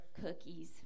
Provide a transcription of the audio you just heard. cookies